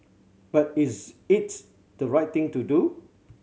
but is it the right thing to do